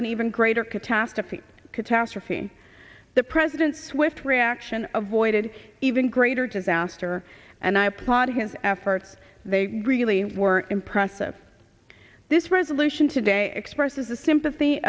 an even greater catastrophe catastrophe the president's swift reaction of voided even greater disaster and i applaud his efforts they really were impressive this resolution today expresses the sympathy